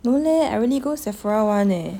no leh really go Sephora [one] leh